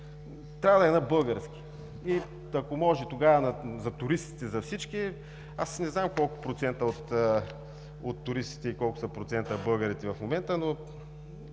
трябва да е на български. И ако може тогава за туристите, за всички… Не знам колко процента са туристите и колко процента са българите в момента, но